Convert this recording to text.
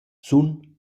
sun